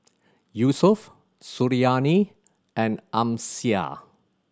Yusuf Suriani and Amsyar